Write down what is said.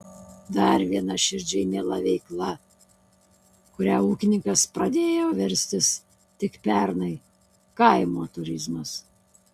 dar viena širdžiai miela veikla kuria ūkininkas pradėjo verstis tik pernai kaimo turizmas